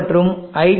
மற்றும் iT